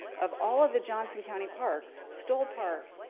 of all of the johnson county parks, stoll park